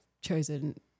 chosen